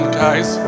guys